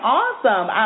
awesome